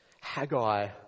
Haggai